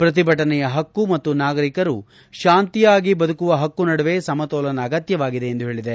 ಪ್ರತಿಭಟನೆಯ ಪಕ್ಕು ಮತ್ತು ನಾಗರಿಕರು ಶಾಂತಿಯಾಗಿ ಬದುಕುವ ಪಕ್ಕು ನಡುವೆ ಸಮತೋಲನ ಅಗತ್ಯವಾಗಿದೆ ಎಂದು ಹೇಳಿದೆ